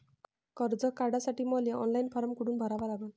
कर्ज काढासाठी मले ऑनलाईन फारम कोठून भरावा लागन?